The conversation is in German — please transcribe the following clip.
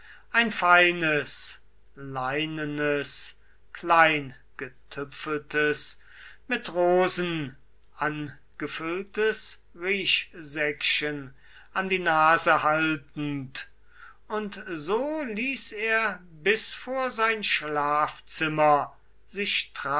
ein feines leinenes kleingetüpfeltes mit rosen angefülltes riechsäckchen an die nase haltend und so ließ er bis vor sein schlafzimmer sich